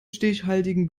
stichhaltigen